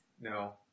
No